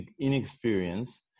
inexperience